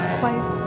five